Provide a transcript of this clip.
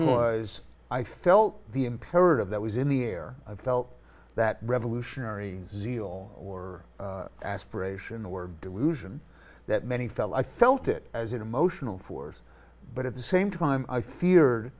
was i felt the imperative that was in the air i felt that revolutionary zeal or aspiration the word delusion that many felt i felt it as an emotional force but at the same time i feared